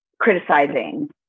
criticizing